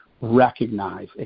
recognize